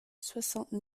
soixante